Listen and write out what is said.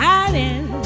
Hiding